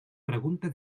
pregunta